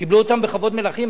קיבלו אותם בכבוד מלכים.